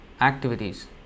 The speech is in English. activities